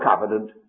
covenant